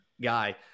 guy